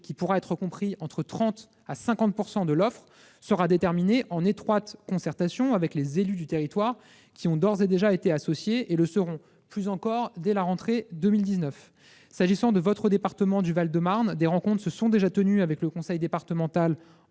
qui pourra être compris entre 30 % et 50 % de l'offre, sera déterminé en étroite concertation avec les élus des territoires, qui ont d'ores et déjà été associés et le seront plus encore dès la rentrée 2019. S'agissant de votre département du Val-de-Marne, des rencontres se sont déjà tenues avec le conseil départemental